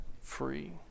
free